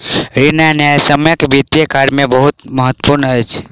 ऋण आ न्यायसम्यक वित्तीय कार्य में बहुत महत्त्व अछि